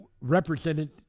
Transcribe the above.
represented